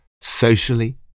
socially